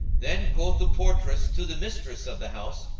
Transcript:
then quoth the portress to the mistress of the house,